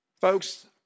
Folks